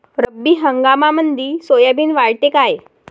रब्बी हंगामामंदी सोयाबीन वाढते काय?